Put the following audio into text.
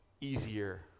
easier